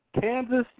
Kansas